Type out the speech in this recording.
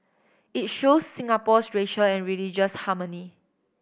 it shows Singapore's racial and religious harmony